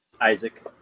Isaac